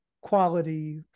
quality